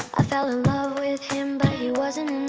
fell in love with him but he wasn't